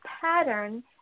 pattern